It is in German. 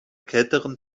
kälteren